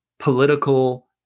political